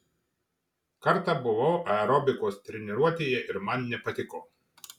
kartą buvau aerobikos treniruotėje ir man nepatiko